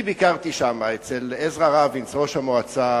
אני ביקרתי שם אצל עזרא רבינס, ראש המועצה.